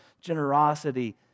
generosity